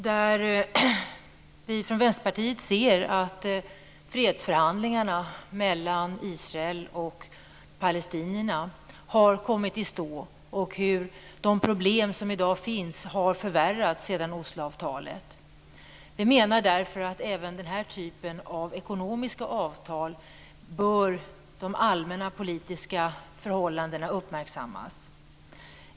Vi ser från Vänsterpartiets sida att fredsförhandlingarna mellan Israel och palestinierna har gått i stå och hur de problem som i dag finns har förvärrats sedan Osloavtalet. Vi menar därför att de allmänna politiska förhållandena bör uppmärksammas även i den här typen av ekonomiska avtal.